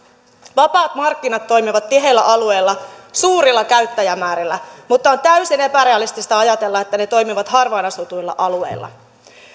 vapaat markkinat toimivat tiheillä alueilla suurilla käyttäjämäärillä mutta on täysin epärealistista ajatella että ne toimivat harvaan asutuilla alueilla